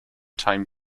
time